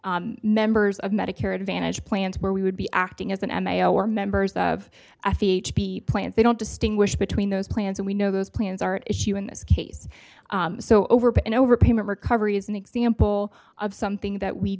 members of medicare advantage plans where we would be acting as an m a o or members of a plant they don't distinguish between those plans and we know those plans are at issue in this case so over an overpayment recovery is an example of something that we